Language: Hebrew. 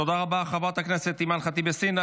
תודה רבה, חברת הכנסת אימאן ח'טיב יאסין.